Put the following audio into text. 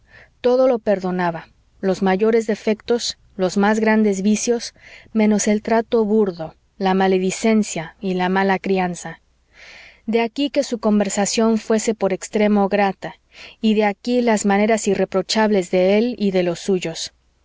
todo lo perdonaba los mayores defectos los más grandes vicios menos el trato burdo la maledicencia y la mala crianza de aquí que su conversación fuese por extremo grata y de aquí las maneras irreprochables de él y de los suyos